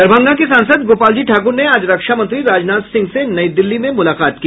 दरभंगा के सांसद गोपाल जी ठाकुर ने आज रक्षा मंत्री राजनाथ सिंह से नई दिल्ली में मुलाकात की